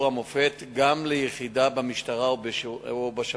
המופת גם ליחידה במשטרה או בשירות בתי-הסוהר,